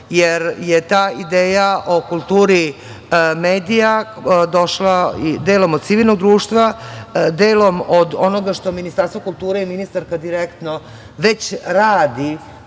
jer je ta ideja o kulturi medija došla i delom od civilnog društva, delom od onoga što Ministarstvo kulture i ministarka direktno već radi